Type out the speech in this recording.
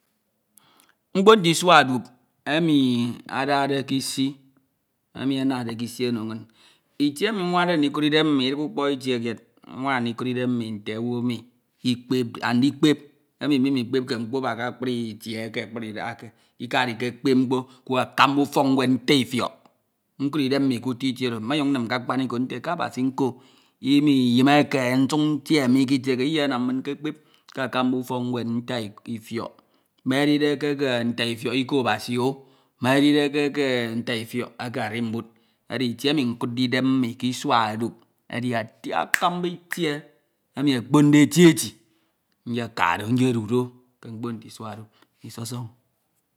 . Mkpo nte isua dup emi adade ke isi emi anade ke isi ono min. Itie emi nwansae ndikud iden mi wana ndikud idem minte owu emi ikpepte, andikpep emi mimikpepke aba mkpo ke akpri itie ke akpri idaha eke, ikade ikekpep mkpo ke akamba ufok nwad nta ifiok. Nkud idem mi ke uto itie oro, monyuñ nnim ke akpomiko nte ke Abasi nko imenyimeke nsuk ntie mi ke itie eke wjenam nkekpep ke akamba ufok nwed nta ifiok, me edide ke eke nta ifiọk iko Abasi O, me edide ke eke nta ifiọk eke arimbud. Edi itie emi nkude ke isua dup edi ati akamba itie emi okpoñde eti etio Nyeka do nyedu do ke mkpo nte isua dup, isọsọñ